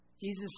Jesus